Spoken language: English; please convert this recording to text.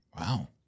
Wow